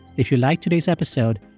if you liked today's episode,